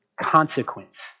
consequence